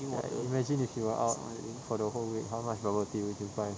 ya imagine if you are out for the whole week how much bubble tea will you buy